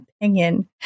opinion